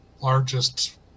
largest